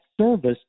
service